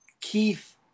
Keith